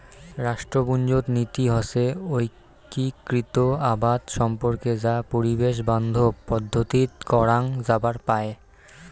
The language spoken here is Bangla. রাষ্ট্রপুঞ্জত নীতি হসে ঐক্যিকৃত আবাদ সম্পর্কে যা পরিবেশ বান্ধব পদ্ধতিত করাং যাবার পায়